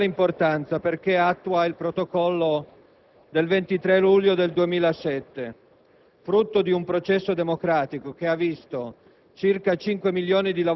è di fondamentale importanza perché attua il Protocollo del 23 luglio 2007, frutto di un processo democratico che ha visto